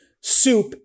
Soup